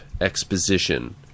exposition